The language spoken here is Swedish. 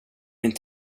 min